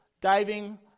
diving